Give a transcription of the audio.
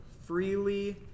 freely